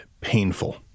painful